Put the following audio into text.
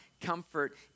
comfort